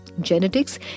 Genetics